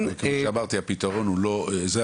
כפי שאמרתי, הפתרון הוא לא זה,